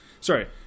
Sorry